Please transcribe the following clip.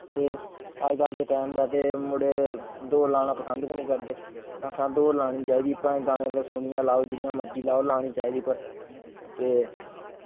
एह् कि हर कुसे दा शौंक नी होंदा पर एह् में अपने बचपन च स्कूल च सिक्खेआ एह् में अक्सपिरिंस बड़ा इ अच्छा रेहा